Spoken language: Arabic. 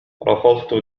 رفضت